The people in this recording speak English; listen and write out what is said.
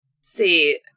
see